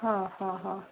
हा हा हा